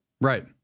Right